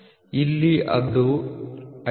ಇಲ್ಲಿ ಅದು IT 7